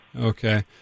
Okay